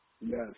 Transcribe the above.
Yes